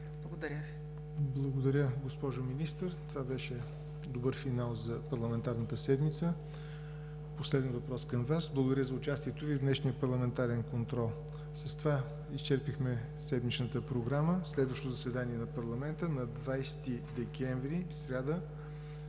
ЯВОР НОТЕВ: Благодаря, госпожо Министър. Това беше добър сигнал за парламентарната седмица – последният въпрос към Вас. Благодаря за участието Ви в днешния парламентарен контрол. С това изчерпихме седмичната програма. Следващото заседание на парламента е на 20 декември, сряда,